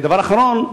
דבר אחרון,